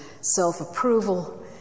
self-approval